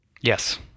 Yes